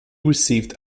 received